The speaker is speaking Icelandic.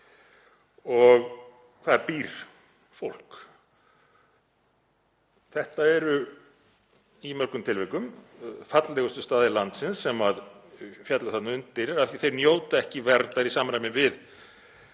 og þar býr fólk. Þetta eru í mörgum tilvikum fallegustu staðir landsins sem féllu þarna undir af því að þeir njóta ekki verndar í samræmi við